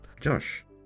josh